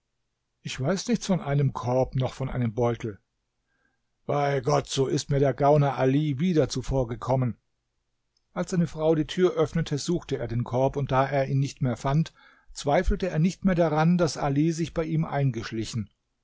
ich weiß nichts von einem korb noch von einem beutel bei gott so ist mir der gauner ali wieder zuvorgekommen als seine frau die tür öffnete suchte er den korb und da er ihn nicht mehr fand zweifelte er nicht mehr daran daß ali sich bei ihm eingeschlichen